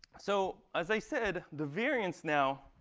so as i said, the variance now,